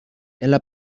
ela